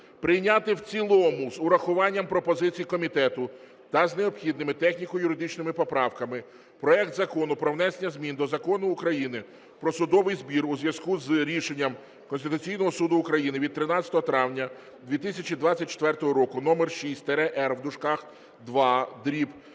прийняти в цілому з урахуванням пропозицій комітету та з необхідними техніко-юридичними поправками проект Закону про внесення змін до Закону України "Про судовий збір" у зв’язку з Рішенням Конституційного Суду України від 13 травня 2024 року № 6-р(ІІ)/2024 щодо